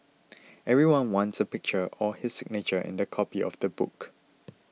everyone wants a picture or his signature in their copy of the book